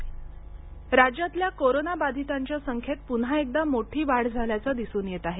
राज्य कोविड राज्यातल्या कोरोना बाधितांच्या संख्येत पुन्हा एकदा मोठी वाढ झाल्याच दिसून येत आहे